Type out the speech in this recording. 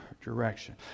direction